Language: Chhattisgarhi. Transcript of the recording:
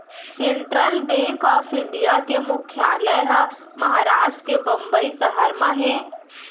सेंटरल बेंक ऑफ इंडिया के मुख्यालय ह महारास्ट के बंबई सहर म हे